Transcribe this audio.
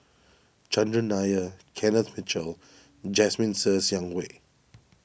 Chandran Nair Kenneth Mitchell Jasmine Ser Xiang Wei